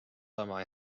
sama